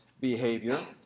behavior